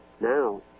Now